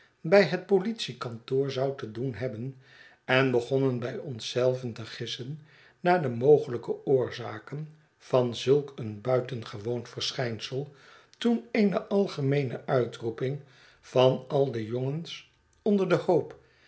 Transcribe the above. bij het politiekantoor zou te doen hebben en begonnen bij ons zelven te gissen naar de mogelijke oorzaken van zulk een buitengewoon verschijnsel toen eene algemeene uitroeping van al de jongens onder den hoop